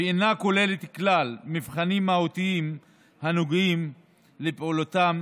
ואינה כוללת כלל מבחנים מהותיים הנוגעים לפעילותם